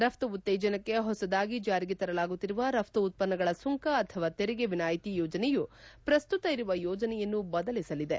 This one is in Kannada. ರಫ್ತು ಉತ್ತೇಜನಕ್ಕೆ ಹೊಸದಾಗಿ ಜಾರಿಗೆ ತರಲಾಗುತ್ತಿರುವ ರಫ್ತು ಉತ್ಪನ್ನಗಳ ಸುಂಕ ಅಥವಾ ತೆರಿಗೆ ವಿನಾಯಿತಿ ಯೋಜನೆಯು ಪ್ರಸ್ತುತ ಇರುವ ಯೋಜನೆಯನ್ನು ಬದಲಿಸಲಿದೆ